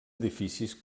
edificis